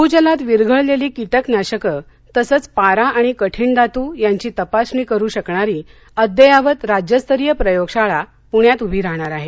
भूजलात विरघळलेली कीटकनाशकं तसंच पारा आणि कठीण धातू यांची तपासणी करू शकणारी अद्ययावत राज्यस्तरीय प्रयोगशाळा पुण्यात उभी राहणार आहे